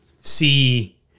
see